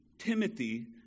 timothy